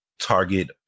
target